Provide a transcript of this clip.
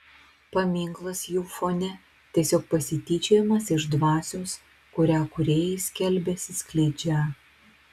paminklas jų fone tiesiog pasityčiojimas iš dvasios kurią kūrėjai skelbiasi skleidžią